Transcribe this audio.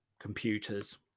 computers